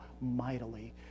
mightily